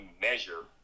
measure